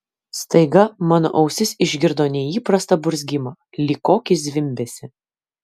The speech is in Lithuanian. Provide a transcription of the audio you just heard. staiga mano ausis išgirdo neįprastą burzgimą lyg kokį zvimbesį